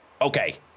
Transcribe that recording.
okay